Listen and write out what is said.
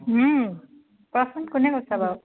কচোন কোনে কৈছো বাৰু